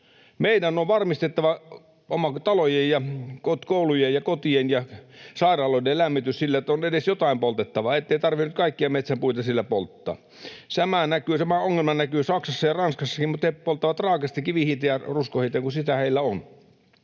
Meidän on varmistettava talojen ja koulujen ja kotien ja sairaaloiden lämmitys sillä, että on edes jotain poltettavaa, ettei tarvitse kaikkia metsän puita polttaa. Tämä ongelma näkyy Saksassa ja Ranskassakin, mutta he polttavat raakasti kivihiiltä ja ruskohiiltä, kun sitä heillä on.